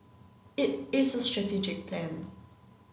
it is a strategic plan